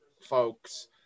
folks